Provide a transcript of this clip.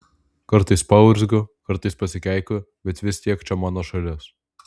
kartais paurzgiu kartais pasikeikiu bet vis tiek čia mano šalis